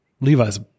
Levi's